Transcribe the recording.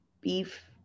beef